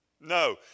No